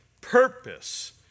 purpose